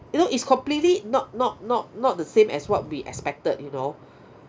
you know it's completely not not not not the same as what we expected you know